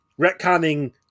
retconning